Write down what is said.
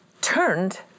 turned